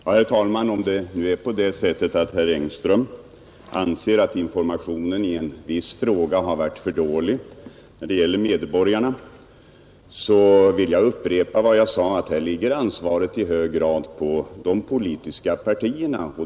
Herr talman! Om det nu är på det sättet att herr Engström anser att informationen till medborgarna i en viss fråga har varit för dålig vill jag upprepa vad jag sade att ansvaret för informationen i hög grad ligger på de politiska partierna.